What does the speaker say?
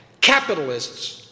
Capitalists